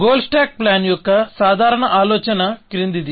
goal stack plan యొక్క సాధారణ ఆలోచన క్రిందిది